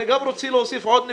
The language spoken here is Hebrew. אני רוצה להוסיף עוד נקודה.